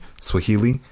Swahili